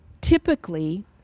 typically